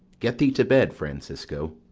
get thee to bed, francisco.